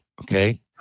okay